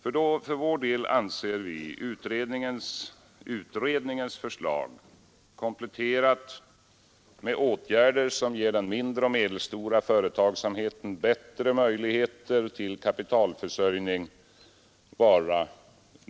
a För vår del anser vi det i dagens läge nödvändigt att följa utredningens förslag kompletterat med åtgärder som ger den mindre och medelstora företagsamheten bättre möjligheter till kapitalförsörjning.